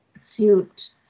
suit